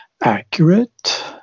Accurate